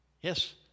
Yes